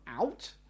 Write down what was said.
out